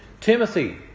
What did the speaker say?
Timothy